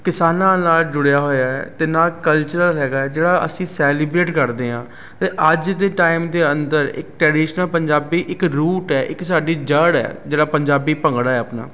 ਕਿਸਾਨਾਂ ਨਾਲ ਜੁੜਿਆ ਹੋਇਆ ਹੈ ਅਤੇ ਨਾਲ ਕਲਚਰਲ ਹੈਗਾ ਹੈ ਜਿਹੜਾ ਅਸੀਂ ਸੈਲੀਬ੍ਰੇਟ ਕਰਦੇ ਹਾਂ ਅਤੇ ਅੱਜ ਦੇ ਟਾਈਮ ਦੇ ਅੰਦਰ ਇੱਕ ਟਰੈਡੀਸ਼ਨਲ ਪੰਜਾਬੀ ਇੱਕ ਰੂਟ ਹੈ ਇੱਕ ਸਾਡੀ ਜੜ੍ਹ ਹੈ ਜਿਹੜਾ ਪੰਜਾਬੀ ਭੰਗੜਾ ਹੈ ਆਪਣਾ